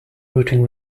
routing